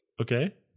Okay